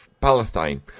Palestine